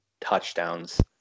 touchdowns